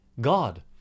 God